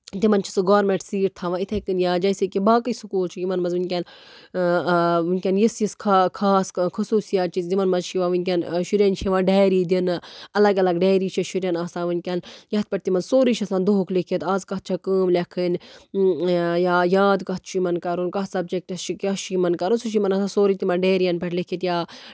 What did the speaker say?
تِمَن چھُ سُہ گورمیٚنٹ سیٖٹ تھاوان یِتھٕے کَنۍ یا جیسے کہِ باقٕے سکوٗل چھِ یِمن منٛز ونکیٚن اۭں اۭں ونکیٚن یِژھ یِژھ خا خاص خصوٗصیات چھِ یِمن منٛز چھِ یِوان ونکیٚن شُرٮ۪ن چھِ یِوان ڈیری دِنہٕ اَلگ اَلگ ڈیری چھےٚ شُرٮ۪ن آسان ؤنکیٚن یَتھ پٮ۪ٹھ تِمن سورُے چھُ آسان دُہُک لیٚکھِتھ آز کَتھ چھےٚ کٲم لیٚکھٕنۍ یا یاد کَتھ چھُ یِمن کَرُن کَتھ سَبجیٚکٹَس چھُ کیاہ چھُ یِمن کَرُن سُہ چھُ یِمن آسان سورُے تِمن ڈیرِیَن پٮ۪ٹھ لیٚکھِتھ یا